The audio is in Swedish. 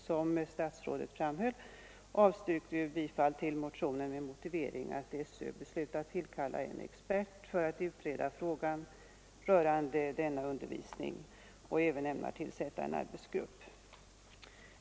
Som statsrådet framhöll avstyrkte utbildningsutskottet bifall till motionen med motiveringen att skolöverstyrelsen har beslutat tillkalla en expert för att utreda frågan rörande denna undervisning och även äm nar tillsätta en arbetsgrupp.